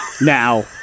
now